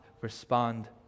respond